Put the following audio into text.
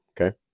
Okay